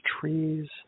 trees